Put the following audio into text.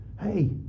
hey